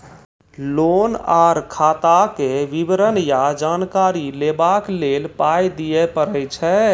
Loan आर खाताक विवरण या जानकारी लेबाक लेल पाय दिये पड़ै छै?